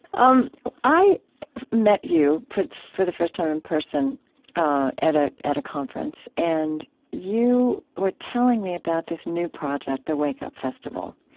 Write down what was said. um i met you for for the first time in person ah at at a conference, and you were telling me about this new project, the wake up festival.